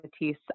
Matisse